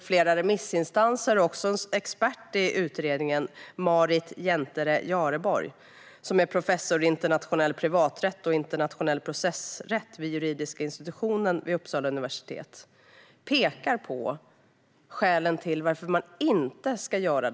Flera remissinstanser och även en expert i utredningen, Maarit Jänterä-Jareborg, professor i internationell privaträtt och internationell processrätt vid juridiska institutionen vid Uppsala universitet, pekar på skälen till att denna förändring inte ska göras.